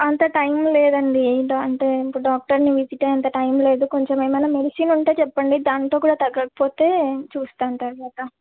అంత టైం లేదండి అంటే ఇంక డాక్టర్ని విజిట్ అయ్యేంత టైం లేదు కొంచెం ఏమైనా మెడిసన్ ఉంటే చెప్పండి దానితో కూడా తగ్గకపోతే చూస్తాను తర్వాత